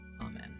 Amen